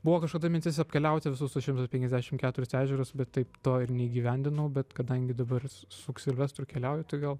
buvo kažkada mintis apkeliauti visus tuos šimtas penkiasdešim keturis ežerus bet taip to ir neįgyvendinau bet kadangi dabar su ksilvestru keliauju tai gal